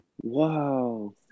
Wow